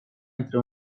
entre